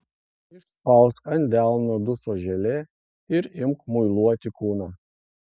išspausk ant delno dušo želė ir imk muiluoti kūną